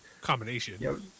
Combination